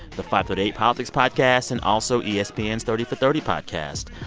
the fivethirtyeight politics podcast and also espn's thirty for thirty podcast.